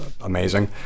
amazing